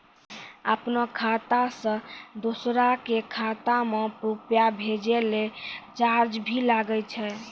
आपनों खाता सें दोसरो के खाता मे रुपैया भेजै लेल चार्ज भी लागै छै?